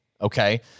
Okay